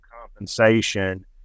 compensation